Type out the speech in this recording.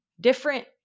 different